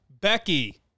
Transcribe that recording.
Becky